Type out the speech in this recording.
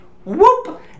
Whoop